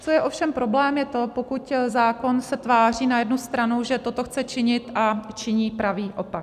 Co je ovšem problém, je to, pokud zákon se tváří na jednu stranu, že toto chce činit, a činí pravý opak.